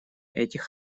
этих